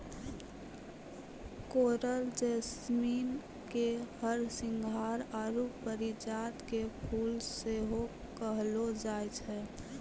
coral jasmine के हरसिंहार आरु परिजात के फुल सेहो कहलो जाय छै